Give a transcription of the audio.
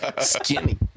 Skinny